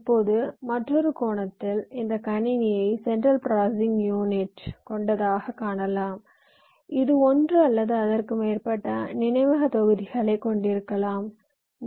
இப்போது மற்றொரு கோணத்தில் இந்த கணினியை சென்ட்ரல் ப்ராசசிங் யூனிட் கொண்டதாகக் காணலாம் இது ஒன்று அல்லது அதற்கு மேற்பட்ட நினைவக தொகுதிகளைக் கொண்டிருக்கலாம்